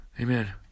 amen